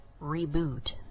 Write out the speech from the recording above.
reboot